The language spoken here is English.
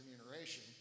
remuneration